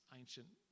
ancient